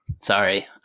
sorry